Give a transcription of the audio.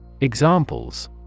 Examples